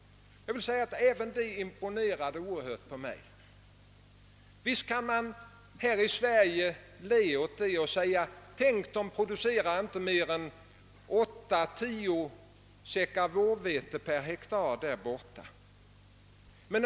Även detta imponerade oerhört på mig. Visst kan vi här i Sverige le åt dessa odlingar och säga: Tänk, de producerar inte mer än 8—10 säckar vårvete per hektar därborta!